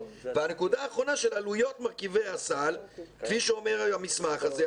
והנקודה האחרונה של עלויות מרכיבי הסל כפי שאומר המסמך הזה,